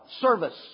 service